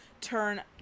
turn